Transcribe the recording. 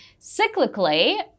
Cyclically